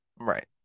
Right